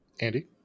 Andy